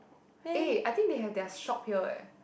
eh I think they have their shop here eh